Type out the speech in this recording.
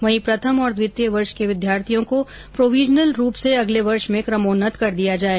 वहीं प्रथम और द्वितीय वर्ष के विद्यार्थियों को प्रोविजनल रूप से अगले वर्ष में क्रमोन्नत कर दिया जाए